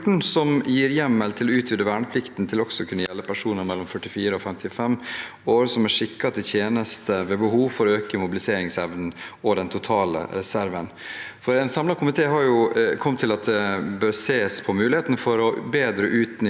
som gir hjemmel til å utvide verneplikten til også kunne gjelde personer mellom 44 og 55 år som er skikket til tjeneste, ved behov for å øke mobiliseringsevnen og den totale reserven. En samlet komité har kommet til at en bør se på muligheten for bedre å utnytte